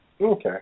okay